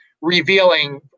revealing